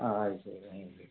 ആ അതുശരി